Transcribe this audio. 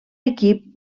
equip